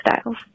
styles